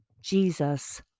Jesus